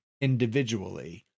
individually